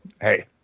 hey